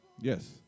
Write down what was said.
Yes